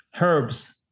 herbs